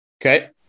Okay